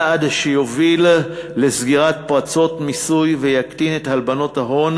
צעד שיוביל לסגירת פרצות מיסוי ויקטין את הלבנות ההון